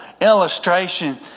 illustration